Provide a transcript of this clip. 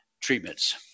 treatments